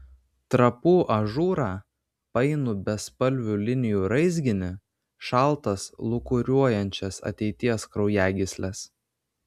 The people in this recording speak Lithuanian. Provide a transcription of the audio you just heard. trapų ažūrą painų bespalvių linijų raizginį šaltas lūkuriuojančias ateities kraujagysles